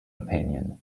opinion